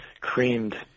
creamed